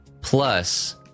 plus